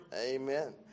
Amen